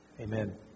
Amen